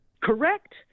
Correct